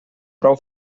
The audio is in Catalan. prou